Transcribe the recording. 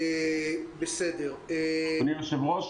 אדוני היושב-ראש,